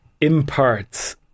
imparts